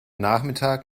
nachmittag